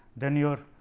then your